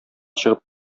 чыгып